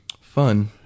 Fun